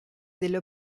delle